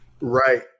right